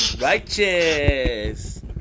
righteous